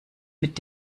mit